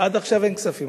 עד עכשיו אין כספים.